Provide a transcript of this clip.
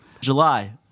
July